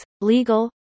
legal